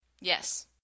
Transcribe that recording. Yes